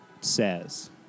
says